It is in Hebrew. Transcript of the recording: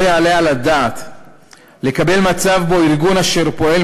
לא יעלה על הדעת לקבל מצב שבו ארגון אשר פועל